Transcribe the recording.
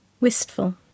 Wistful